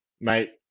mate